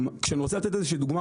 כשאני רוצה לתת איזה שהיא דוגמה,